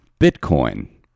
Bitcoin